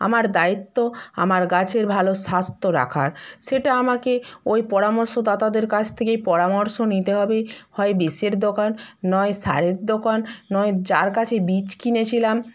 আমার দায়িত্ব আমার গাছের ভালো স্বাস্থ্য রাখার সেটা আমাকে ওই পরামর্শদাতাদের কাছ থেকেই পরামর্শ নিতে হবে হয় বিষের দোকান নয় সারের দোকান নয় যার কাছে বীজ কিনেছিলাম